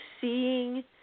seeing